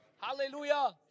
Hallelujah